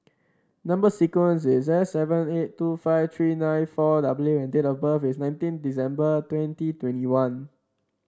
number sequence is S seven eight two five three nine four W and date of birth is nineteen December twenty twenty one